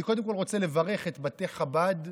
אני קודם כול רוצה לברך את בתי חב"ד,